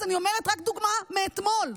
ואני אתן דוגמה רק מאתמול.